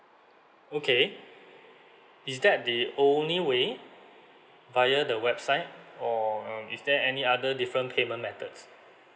okay is that the only way via the website or um is there any other different payment methods